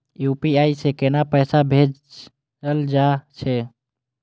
UPI से केना पैसा भेजल जा छे?